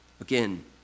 again